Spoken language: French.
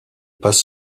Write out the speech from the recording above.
passe